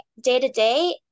day-to-day